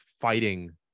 fighting